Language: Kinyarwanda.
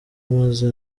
maze